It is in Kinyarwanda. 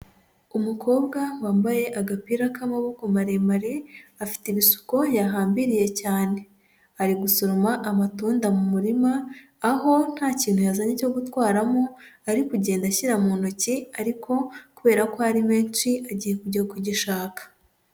Umukobwa wambaye agapira k'amaboko maremare, afite ibisuko yahambiriye cyane. Ari gusoma amatunda mu murima, aho nta kintu yazanye cyo gutwaramo, ari kugenda ashyira mu ntoki ariko kubera ko ari menshi, agiye kujya kugishaka.